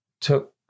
took